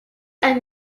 and